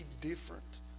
different